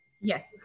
Yes